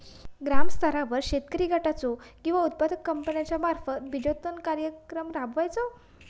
ग्रामस्तरावर शेतकरी गटाचो किंवा उत्पादक कंपन्याचो मार्फत बिजोत्पादन कार्यक्रम राबायचो?